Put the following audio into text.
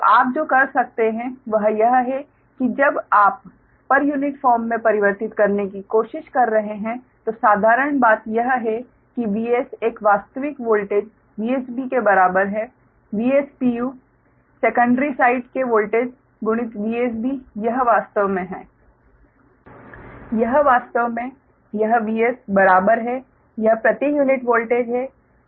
तो आप जो कर सकते हैं वह यह है कि जब आप पर यूनिट फॉर्म में परिवर्तित करने की कोशिश कर रहे हैं तो साधारण बात यह है कि Vs एक वास्तविक वोल्टेज VsB के बराबर है Vs सेकंडरी साइड के वोल्टेज गुणित VsB यह वास्तव में है यह वास्तव में यह 𝑽s बराबर है यह प्रति यूनिट वोल्टेज है